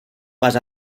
pas